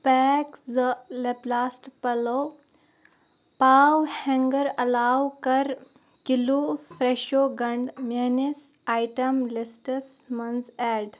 pack زٕ لیپلاسٹ پلو پاو ہینگر علاوٕ کَر کِلوٗ فرٛٮ۪شو گنٛڈ میٛٲنِس آیٹم لسٹَس منٛز ایڈ